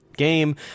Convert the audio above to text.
game